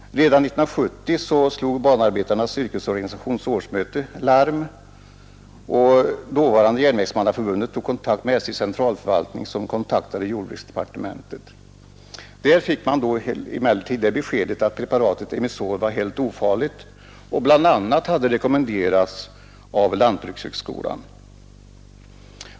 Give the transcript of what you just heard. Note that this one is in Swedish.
Redan 1970 slog banarbetarnas yrkesorganisations årsmöte larm och dåvarande Järnvägsmannaförbundet tog kontakt med SJ:s centralförvaltning, som kontaktade jordbruksdepartementet. Där fick man emellertid beskedet att preparatet Emisol som bl.a. rekommenderats av lantbrukshögskolan var helt ofarligt.